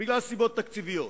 בגלל סיבות תקציביות.